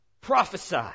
Prophesy